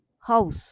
House